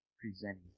presenting